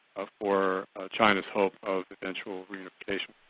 ah for china's hope of eventual reunification.